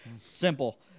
simple